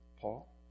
Paul